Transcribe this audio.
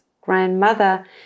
grandmother